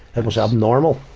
and was abnormal.